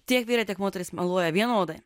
tiek vyrai tiek moterys meluoja vienodai